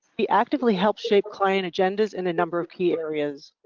he actively helps shape client agendas in a number of key areas.